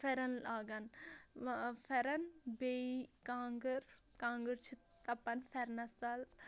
پھٮ۪رن لاگان پھٮ۪رن بیٚیہِ کانٛگٕر کانٛگٕر چھِ تَپن پھٮ۪رنَس تَل